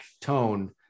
tone